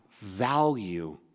value